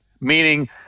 meaning